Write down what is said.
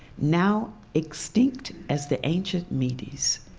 now extinct as the ancient medes.